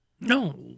No